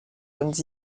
bonnes